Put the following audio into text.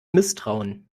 misstrauen